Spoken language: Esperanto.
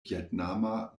vjetnama